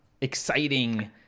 exciting